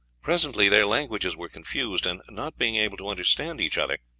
presently their languages were confused, and, not being able to understand each other,